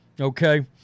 Okay